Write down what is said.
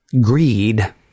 Greed